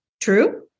True